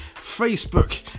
Facebook